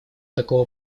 такого